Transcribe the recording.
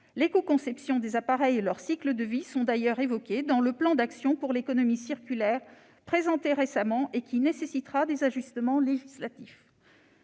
L'écoconception des appareils et leur cycle de vie sont d'ailleurs évoqués dans le plan d'action pour l'économie circulaire présenté récemment, et qui nécessitera des ajustements législatifs.